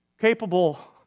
capable